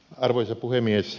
arvoisa puhemies